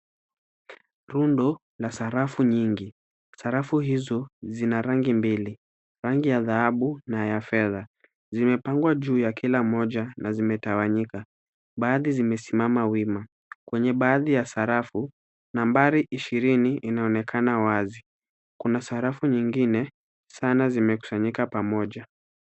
Rundo la sarafu nyingi. Sarafu hizo zina rangi mbili, rangi ya dhahabu na ya fedha. Zimepangwa juu ya kila moja na zimetawanyika. Baadhi zimesimama wima. Kwenye baadhi ya sarafu, nambari ishirini inaonekana wazi. Kuna sarafu nyingine sana zimekusanyika pamoja.